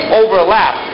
overlap